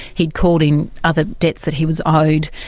he'd called in other debts that he was owed,